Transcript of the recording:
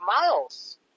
Miles